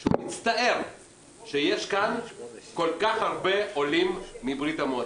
שהוא מצטער שיש כאן כל כך הרבה עולים מברית המועצות.